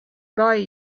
buy